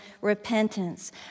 repentance